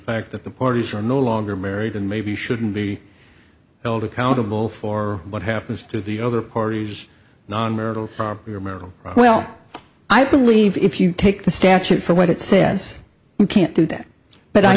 fact that the parties are no longer married and maybe shouldn't be held accountable for what happens to the other parties non marital your marriage well i believe if you take the statute for what it says you can't do that but i